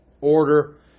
order